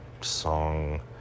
song